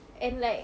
and like